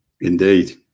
Indeed